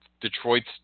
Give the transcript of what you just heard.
Detroit's